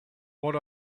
what